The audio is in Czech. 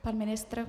Pan ministr?